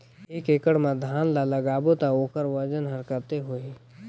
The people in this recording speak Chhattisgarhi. एक एकड़ मा धान ला लगाबो ता ओकर वजन हर कते होही?